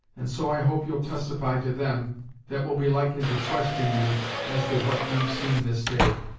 and so i hope you'll testify to them that will be likely to question you as to what you've seen this day.